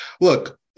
look